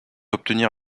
obtenir